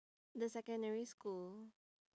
the secondary school